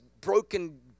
broken